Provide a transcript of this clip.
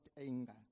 anger